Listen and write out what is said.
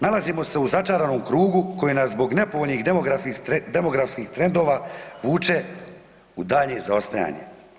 Nalazimo se u začaranome krugu koji nas zbog nepovoljnih demografskih trendova vuče u daljnje zaostajanje.